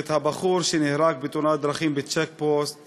והבחור שנהרג בתאונת דרכים בצ'ק-פוסט